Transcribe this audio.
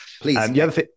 Please